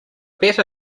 better